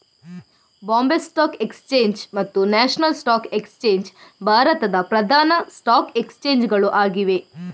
Bombay stock exchange ಮತ್ತು national stock exchange ಭಾರತದ ಪ್ರಧಾನ ಸ್ಟಾಕ್ ಎಕ್ಸ್ಚೇಂಜ್ ಗಳು ಆಗಿವೆ